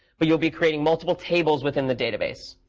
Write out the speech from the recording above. but you'll be creating multiple tables within the database.